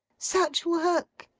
such work!